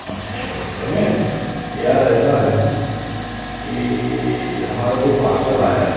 अच्छा रमेश यार ऐसा है कि हमारा जो पार्सल आया है